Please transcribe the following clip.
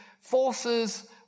forces